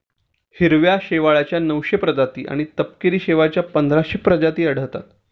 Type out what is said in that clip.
हिरव्या शेवाळाच्या नऊशे प्रजाती आणि तपकिरी शेवाळाच्या पंधराशे प्रजाती आढळतात